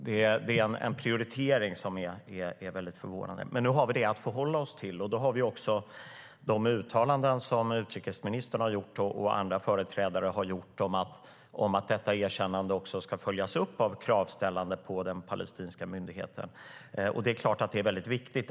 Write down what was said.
Det är en prioritering som är mycket förvånande. Men nu har vi det att förhålla oss till. Utrikesministern och andra företrädare har gjort uttalanden om att detta erkännande ska följas upp med kravställande på den palestinska myndigheten. Det är klart att det är viktigt.